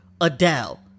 Adele